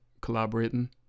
collaborating